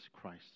Christ